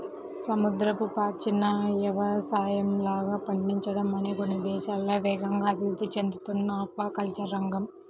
సముద్రపు పాచిని యవసాయంలాగా పండించడం అనేది కొన్ని దేశాల్లో వేగంగా అభివృద్ధి చెందుతున్న ఆక్వాకల్చర్ రంగం